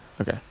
Okay